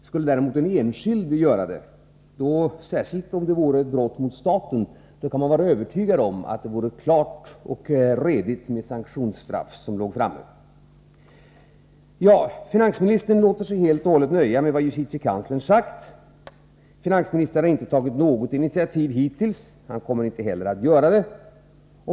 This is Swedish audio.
Skulle däremot en enskild göra det, kan vi vara övertygade om att ett sanktionsstraff skulle utmätas — särskilt om det vore ett brott mot staten. Finansministern låter helt och hållet nöja sig med vad justitiekanslern har sagt. Finansministern har hittills inte tagit något initiativ, och han kommer inte heller att göra det.